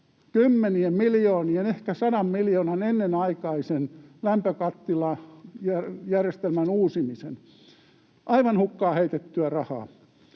kymmenien miljoonien, ehkä sadan miljoonan, ennenaikaista lämpökattilajärjestelmän uusimista. Aivan hukkaan heitettyä rahaa,